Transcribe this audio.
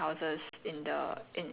it's like how you say